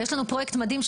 יש לנו פרויקט מדהים,